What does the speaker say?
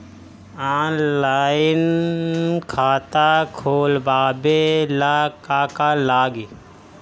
Online खाता खोलबाबे ला का का लागि?